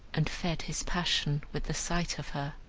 and fed his passion with the sight of her.